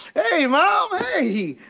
hey, mom, hey!